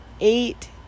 eight